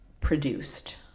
produced